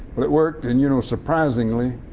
but it worked and, you know, surprisingly,